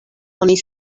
oni